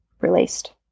released